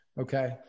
okay